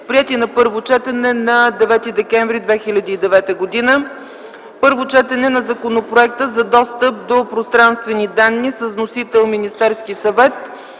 приети на първо четене на 9 декември 2009 г. 10. Първо четене на Законопроекта за достъп до пространствени данни. Вносител е Министерският съвет.